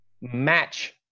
match